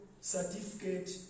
certificate